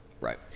right